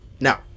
Now